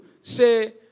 say